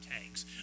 tanks